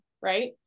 right